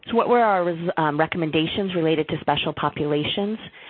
what were our recommendations related to special populations?